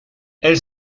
elle